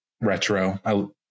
retro